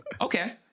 Okay